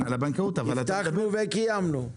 הבטחנו וקיימנו.